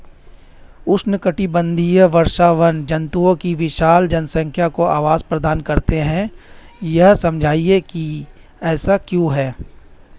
उष्णकटिबंधीय वर्षावन जंतुओं की विशाल जनसंख्या को आवास प्रदान करते हैं यह समझाइए कि ऐसा क्यों है?